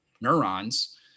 neurons